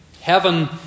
Heaven